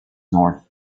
north